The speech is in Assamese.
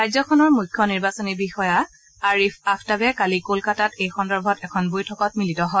ৰাজ্যখনৰ মুখ্য নিৰ্বাচনী বিষয়া আৰিফ আফতাবে কালি কলকাতাত এই সন্দৰ্ভত এখন বৈঠকত মিলিত হয়